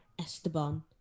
Esteban